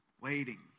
Waiting